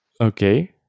Okay